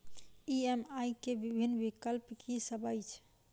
EMI केँ विभिन्न विकल्प की सब अछि